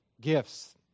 gifts